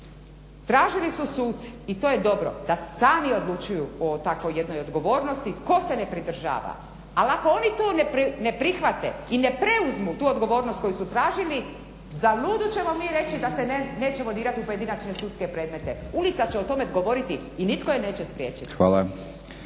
tražili su suci i to je dobro, da sami odlučuju o takvoj jednoj odgovornosti, tko se ne pridržava, ali ako oni to ne prihvate i ne preuzmu tu odgovornost koju su tražili za ludu ćemo mi reći da se nećemo dirati u pojedinačne sudske predmete, ulica će o tome govoriti i nitko je neće spriječiti.